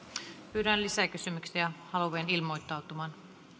pyydän lisäkysymyksiä haluavia ilmoittautumaan